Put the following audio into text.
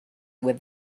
would